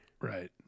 Right